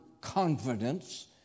confidence